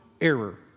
error